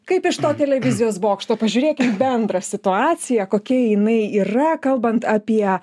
kaip iš to televizijos bokšto pažiūrėkim į bendrą situaciją kokia jinai yra kalbant apie